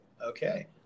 Okay